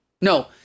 no